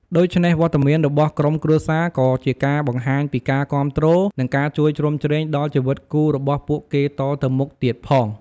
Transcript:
ដូច្នេះ វត្តមានរបស់ក្រុមគ្រួសារក៏ជាការបង្ហាញពីការគាំទ្រ និងការជួយជ្រោមជ្រែង ដល់ជីវិតគូរបស់ពួកគេតទៅមុខទៀតផង។